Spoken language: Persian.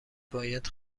باید